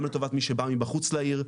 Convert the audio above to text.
גם לטובת מי שבא מבחוץ לעיר,